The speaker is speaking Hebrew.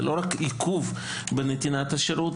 זה לא רק עיכוב בנתינת השירות,